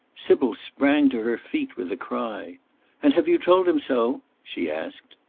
sybil sprang to her feet with a cry and have you told him so? she asked.